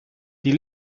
die